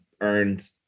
earned